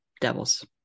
Devils